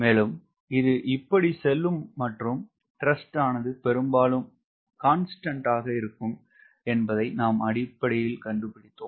மேலும் இது இப்படி செல்லும் மற்றும் த்ரஸ்ட் ஆனது பெரும்பாலும் மாரிலயாக இருக்கும் என்பதை நாம் அடிப்படையில் கண்டுபிடித்தோம்